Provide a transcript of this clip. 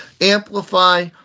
amplify